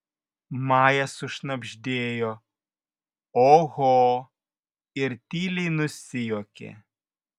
maja sušnabždėjo oho ir tyliai nusijuokė